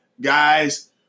guys